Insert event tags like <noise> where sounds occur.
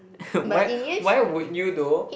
<laughs> why why would you though